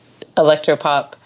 electropop